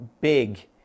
big